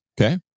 Okay